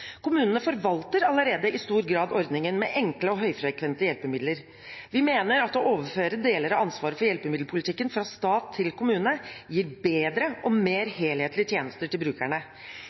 Kommunene forvalter allerede i stor grad ordningen med enkle og høyfrekvente hjelpemidler. Vi mener at å overføre deler av ansvaret for hjelpemiddelpolitikken fra stat til kommune gir bedre og mer helhetlige tjenester til brukerne.